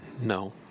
no